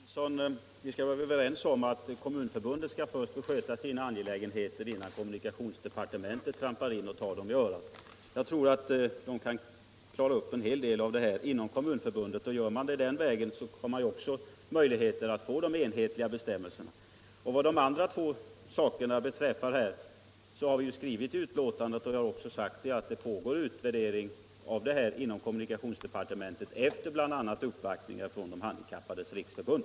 Herr talman! Vi kan väl vara överens om, fru Nilsson, att Kommunförbundet skall ha möjlighet att sköta sina angelägenheter, innan kommunikationsdepartementet trampar in och tar vederbörande i örat. Jag tror att kommunerna kan klara upp en hel del av de här frågorna inom sitt eget förbund. Och den vägen kan man ju också få till stånd enhetliga bestämmelser. Vad de andra två frågorna beträffar har vi skrivit i utskottsbetänkandet - och jag har också påpekat det här — att det pågår utvärdering inom kommunikationsdepartementet, efter uppvaktningar från bl.a. De handikappades riksförbund.